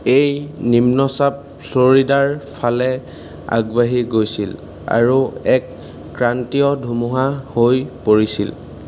এই নিম্নচাপ ফ্ল'ৰিডাৰ ফালে আগবাঢ়ি গৈছিল আৰু এক ক্ৰান্তীয় ধুমুহা হৈ পৰিছিল